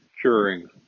curing